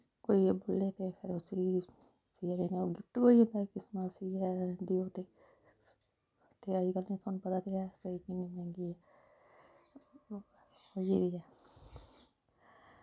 कोई बोल्ले ते ते फ्ही उसी सियै गिफ्ट गै होई जंदा इक किस्म दा सियै देओ ते ते अज्जकल तोहानू पता ते ऐ सेआई किन्नी मैंह्गी होई गेदी ऐ